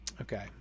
Okay